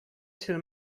till